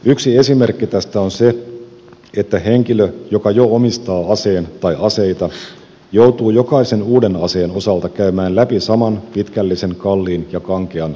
yksi esimerkki tästä on se että henkilö joka jo omistaa aseen tai aseita joutuu jokaisen uuden aseen osalta käymään läpi saman pitkällisen kalliin ja kankean lupaprosessin